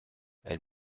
elle